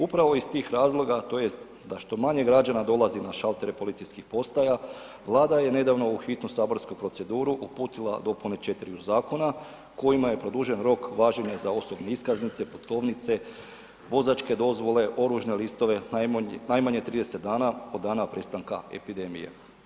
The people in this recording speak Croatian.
Upravo iz tih razloga tj. da što manje građana dolazi na šaltere policijskih postaja, Vlada je nedavno u hitnu saborsku proceduru uputila dopune 4-riju zakona kojima je produžen rok važenja za osobne iskaznice, putovnice, vozačke dozvole, oružne listove, najmanje 30 dana od dana prestanka epidemije.